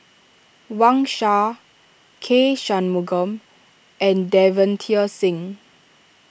Wang Sha K Shanmugam and Davinder Singh